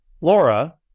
Laura